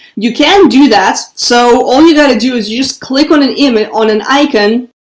you can do that. so all you got to do is use click on an image on an icon.